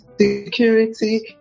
security